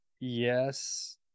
Yes